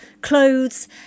clothes